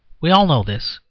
we all know this,